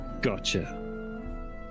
Gotcha